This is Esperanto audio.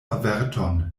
averton